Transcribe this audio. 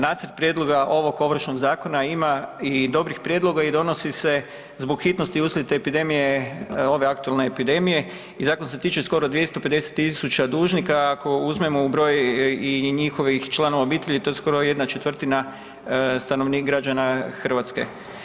Nacrt prijedloga ovog Ovršnog zakona ima i dobrih prijedloga i donosi se zbog hitnosti uslijed epidemije ove aktualne epidemije i zakon se tiče skoro 250 000 dužnika ako uzmemo u broj i njihovih članova obitelji, to je skoro 1/4 stanovnika, građana Hrvatske.